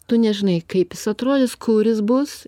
tu nežinai kaip jis atrodys kur jis bus